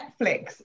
Netflix